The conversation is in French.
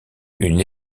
une